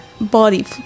body